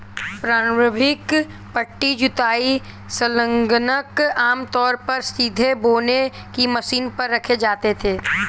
प्रारंभिक पट्टी जुताई संलग्नक आमतौर पर सीधे बोने की मशीन पर रखे जाते थे